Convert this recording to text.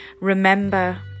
Remember